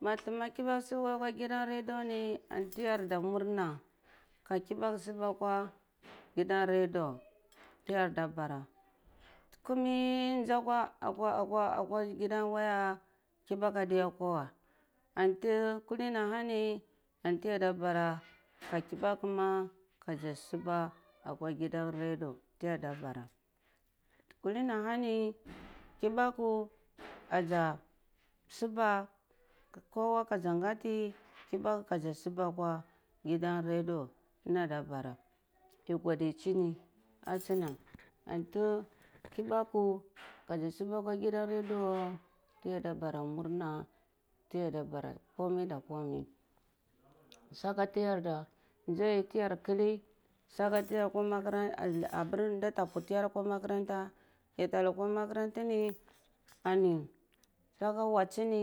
Ma thuma kubaku subawa akwa gidan radio ni anti yar da murna ma kibaku subwa kwa gidan radiu tiyarda bwar kumi nza akwa akwa wuya kiba ku ashiya kwa wai anti kuh ni ahani antiyada bara ka kiba ku ma kaza suba akwa gidan radio tiya da bara kulin ahani kibaku aza suba akwa kowa asi ganti kibaka ka zi subwa kwa gidan radio tha nda nda bara yi gudichini asuna anti kubaku kazi subwa akwa gidan radio tiyada bar murna tiyada bara komi da komai sake tiyarda nzai tyar kah sake tiyada mazar antha apir nda ta pu tyar akwa makaranta ani apur nda ta pu tyar akwa makaranta yi ta lokwa makaranta ni ani kagan wasi ni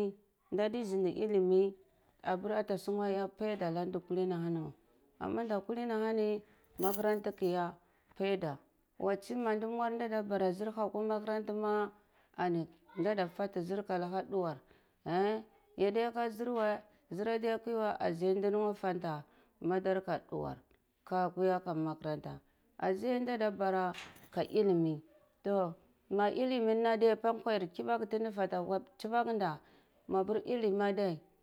ndadi znda ilimi apiri uta sungwa eh paida na di kalini ah hani weh ana nada kuli ni ah nani nda makaranta ada ch paida warsi ma ndi mwar nda da bara sir ba kwa makarantna ma ani nda nda fati zir ka lungu duwar yeh yadiya ka zur weh zur ashe du luhgwa fata zir ka duwar ka kura ka e makaranta ka ilimi toh ma ilima nam diya ka kwayiri kibaku thi ndi fati akwa chbok nda mapir ilimi adai.